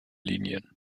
linien